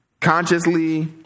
consciously